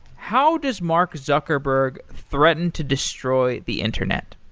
how does mark zuckerberg threaten to destroy the internet?